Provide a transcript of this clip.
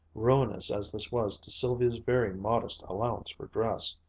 ruinous as this was to sylvia's very modest allowance for dress.